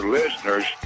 listeners